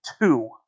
two